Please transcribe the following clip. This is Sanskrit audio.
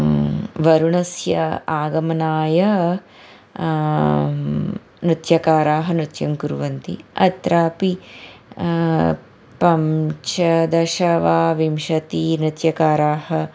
वरुणस्य आगमनाय नृत्यकाराः नृत्यं कुर्वन्ति अत्रापि पञ्चदश वा विंशतिनृत्यकाराः